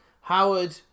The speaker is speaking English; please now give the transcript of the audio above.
Howard